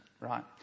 Right